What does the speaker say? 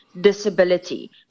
disability